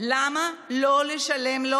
למה לא לשלם לה